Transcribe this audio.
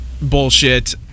Bullshit